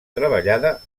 treballada